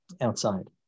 outside